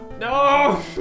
No